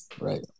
Right